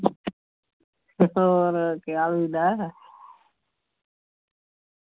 तुस केह् हाल होई गेदा ऐ